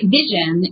vision